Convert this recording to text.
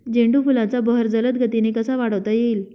झेंडू फुलांचा बहर जलद गतीने कसा वाढवता येईल?